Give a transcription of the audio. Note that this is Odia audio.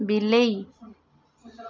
ବିଲେଇ